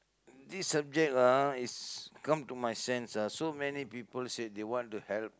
this subject ah is come to my sense ah so many people said they want to help